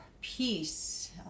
peace